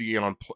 on